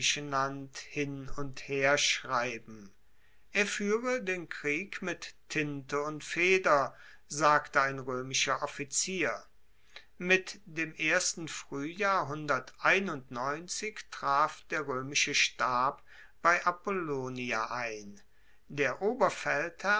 hin und herschreiben er fuehre den krieg mit tinte und feder sagte ein roemischer offizier mit dem ersten fruehjahr traf der roemische stab bei apollonia ein der